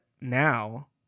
now